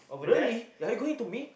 really are you going to be